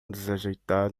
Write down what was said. desajeitado